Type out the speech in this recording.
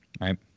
right